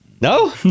No